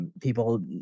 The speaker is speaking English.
People